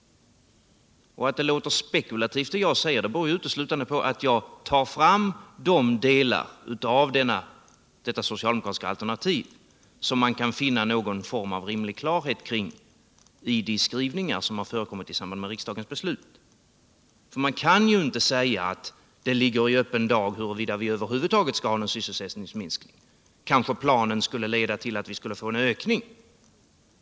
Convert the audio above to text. Att vad jag säger låter spekulativt beror uteslutand>2 på att jag tar fram de deltar av detta socialdemokratiska alternativ där man kan finna någon form av klarhet genom de skrivningar som förekommit i samband med riksdagens beslut. Man kan ju inte säga att det ligger i öppen dag eller är osäkert huruvida vi över huvud taget får någon sysselsättningsminskning, eller att planen möjligen leder till en ökning.